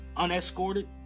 unescorted